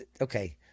okay